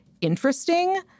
interesting